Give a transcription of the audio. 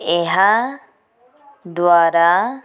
ଏହା ଦ୍ଵାରା